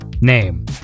name